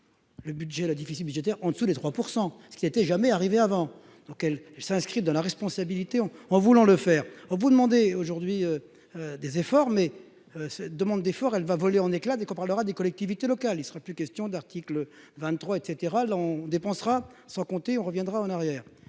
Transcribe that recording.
le budget la difficile budgétaire en dessous des 3 % ce qui n'était jamais arrivé avant, donc elle s'inscrit dans la responsabilité, on en voulant le faire au bout demander aujourd'hui des efforts mais se demande d'effort, elle va voler en éclats dès qu'on parlera des collectivités locales, il serait plus question d'articles 23 et cetera on dépensera sans compter, on reviendra en arrière,